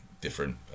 different